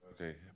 Okay